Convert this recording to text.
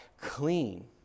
clean